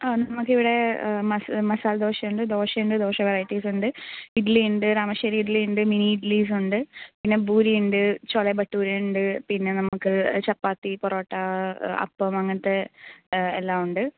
ആ നമുക്ക് ഇവിടെ മസ മസാലദോശ ഉണ്ട് ദോശ ഉണ്ട് ദോശ വെറൈറ്റീസ് ഉണ്ട് ഇഡലി ഉണ്ട് രാമശ്ശേരി ഇഡലി ഉണ്ട് മിനി ഇഡലീസ് ഉണ്ട് പിന്നെ പൂരി ഉണ്ട് ചോള ബട്ടൂര ഉണ്ട് പിന്നെ നമുക്ക് ചപ്പാത്തി പൊറോട്ട അപ്പം അങ്ങനത്തെ എല്ലാം ഉണ്ട്